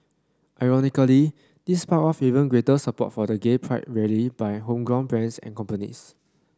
ironically this sparked off even greater support for the gay pride rally by homegrown brands and companies